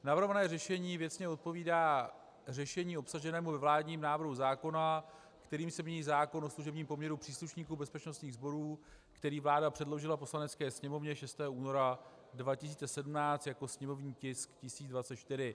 Navrhované řešení věcně odpovídá řešení obsaženému ve vládním návrhu zákona, kterým se mění zákon o služebním poměru příslušníků bezpečnostních sborů, který vláda předložila Poslanecké sněmovně 6. února 2017 jako sněmovní tisk 1024.